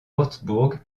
wurtzbourg